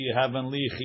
heavenly